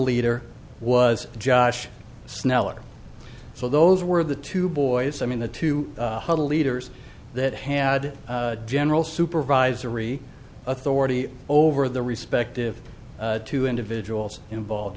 leader was josh snell or so those were the two boys i mean the two huddle leaders that had general supervisory authority over the respective two individuals involved